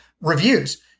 reviews